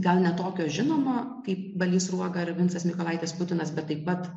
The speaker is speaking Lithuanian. gal ne tokio žinomo kaip balys sruoga ar vincas mykolaitis putinas bet taip pat